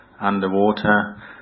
underwater